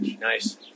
Nice